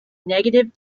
negative